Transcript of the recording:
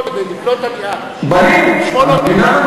כדי לקלוט עלייה היו הקלות בבנייה.